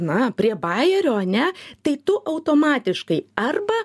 na prie bajerio ane tai tu automatiškai arba